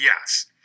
yes